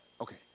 okay